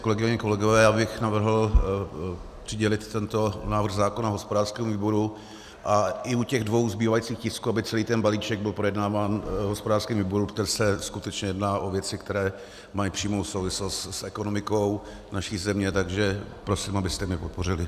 Kolegyně, kolegové, já bych navrhl přidělit tento návrh zákona hospodářskému výboru, i u těch dvou zbývajících tisků, aby celý ten balíček byl projednáván v hospodářském výboru, protože se skutečně jedná o věci, které mají přímou souvislost s ekonomikou naší země, takže prosím, abyste mě podpořili.